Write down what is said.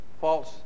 false